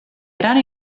gran